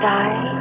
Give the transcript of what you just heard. die